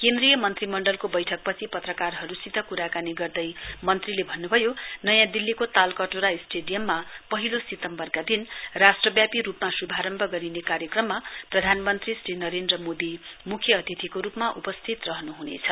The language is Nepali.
केन्द्रीय मन्त्रीमण्डलको वैठकपछि पत्रकारहरुसित क्राकानी गर्दै मन्त्रीले भन्न्भयो नयाँ दिल्लीको तालकटोरा स्टेडियममा पहिलो सितम्वरका दिन राष्ट्रव्यापी रुपमा श्भारम्भ गरिने कार्यक्रममा प्रधानमन्त्री श्री नरेन्द्र मोदी म्ख्य अतिथिको रुपमा उपस्थित रहन्ह्नेछ